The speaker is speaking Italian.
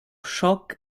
shock